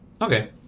Okay